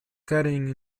carrying